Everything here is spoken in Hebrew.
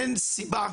אין סיבה,